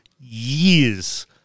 years